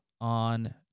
on